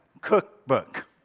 Cookbook